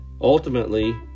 Ultimately